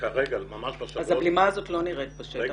אם כן, הבלימה הזאת לא נראית בשטח.